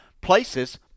places